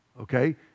okay